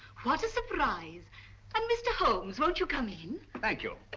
what a surprise. and mr. holmes, won't you come in? thank you.